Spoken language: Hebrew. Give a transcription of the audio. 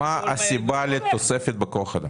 מה הסיבה לתוספת בכוח אדם?